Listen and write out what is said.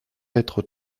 être